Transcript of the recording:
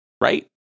right